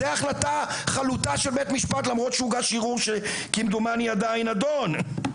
זה החלטה חלוטה של בית משפט למרות שהוגש ערעור שכמדומני עדיין נדון,